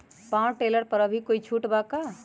Power tiller पर अभी कोई छुट बा का?